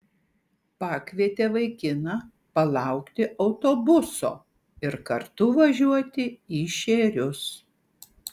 pakvietė vaikiną palaukti autobuso ir kartu važiuoti į šėrius